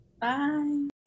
Bye